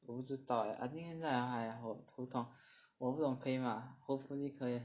我不知道 leh I think 现在 ah !aiya! 我头疼我不懂可以吗 hopefully 可以